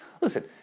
Listen